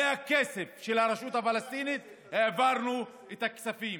מהכסף של הרשות הפלסטינית, העברנו את הכספים